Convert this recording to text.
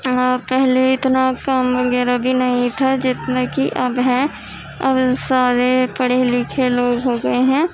پہلے اتنا کام وغیرہ بھی نہیں تھا جتنا کہ اب ہے اور سارے پڑھے لکھے لوگ ہو گئے ہیں